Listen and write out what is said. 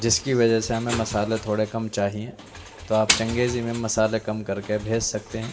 جس کی وجہ سے ہمیں مصالحے تھوڑے کم چاہیے تو آپ چنگیزی میں مصالحے کم کر کے بھیج سکتے ہیں